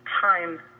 time